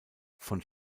von